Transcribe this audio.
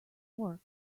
work